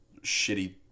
shitty